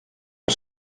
que